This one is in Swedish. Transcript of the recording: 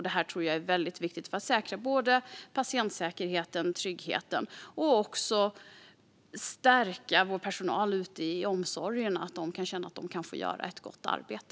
Detta tror jag är väldigt viktigt, både för att säkra patientsäkerheten och tryggheten och för att stärka vår personal ute i omsorgen så att de kan känna att de kan få göra ett gott arbete.